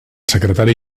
secretari